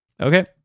okay